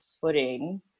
footing